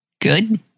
good